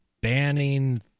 banning